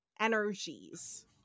energies